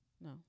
No